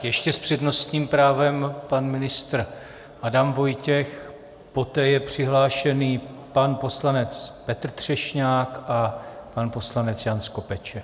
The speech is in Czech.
Ještě s přednostním právem pan ministr Adam Vojtěch, poté je přihlášený pan poslanec Petr Třešňák a pan poslanec Jan Skopeček.